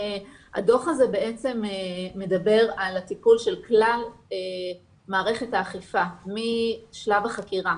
הדו"ח הזה מדבר על הטיפול של כלל מערכת האכיפה משלב החקירה